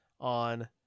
on